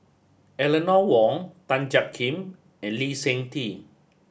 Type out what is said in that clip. Eleanor Wong Tan Jiak Kim and Lee Seng Tee